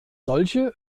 solche